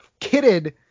kitted